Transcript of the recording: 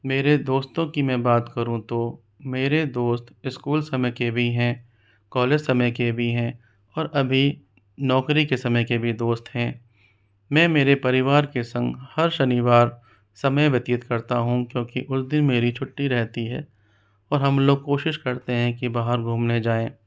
मेरे दोस्तों की मैं बात करूँ तो मेरे दोस्त स्कूल समय के भी हैं कॉलेज समय के भी हैं और अभी नौकरी के समय के भी दोस्त हैं मैं मेरे परिवार के संग हर शनिवार समय व्यतीत करता हूँ क्योंकि उस दिन मेरी छुट्टी रहती है और हम लोग कोशिश करते हैं कि बाहर घूमने जाएँ